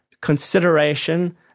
consideration